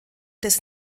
des